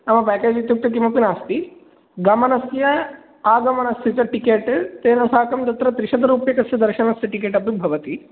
नाम पेकेज् इत्युक्ते किमपि नास्ति गमनस्य आगमनस्य च टिकेट् तेन साकं तत्र त्रिशतरूप्यकस्य दर्शनस्य टिकेट् अपि भवति